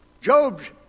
Job's